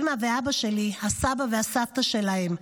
אימא ואבא שלי, הסבא והסבתא שלהם.